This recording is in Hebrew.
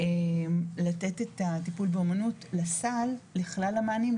לתת את הטיפול באומנות לסל לכלל המענים,